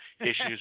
issues